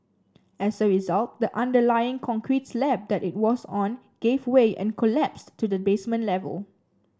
as a result the underlying concrete slab that it was on gave way and collapsed to the basement level